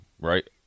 right